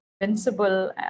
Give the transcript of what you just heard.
invincible